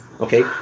Okay